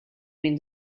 been